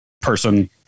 person